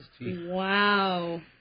Wow